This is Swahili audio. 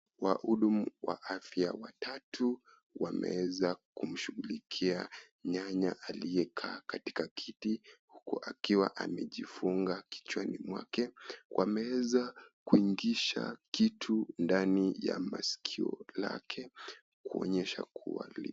Wahudumu wa afya watatu wameweza kumhudumia nyanya aliyekaa katika kiti akiwa amejifunga kichwani mwake. Kwa meza wameingisha kitu ndani ya masikio lake kuonyesha kuwa ni...